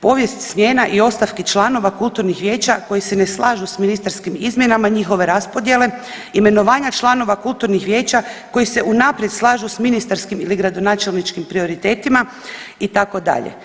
Povijest smjena i ostavki članova kulturnih vijeća koji se ne slažu s ministarskim izmjenama njihove raspodjele, imenovanja članova kulturnih vijeća koji se unaprijed slažu s ministarskim ili gradonačelničkim prioritetima itd.